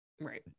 Right